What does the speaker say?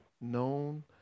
known